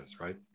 right